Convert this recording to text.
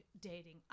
dating